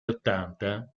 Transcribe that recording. ottanta